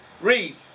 Read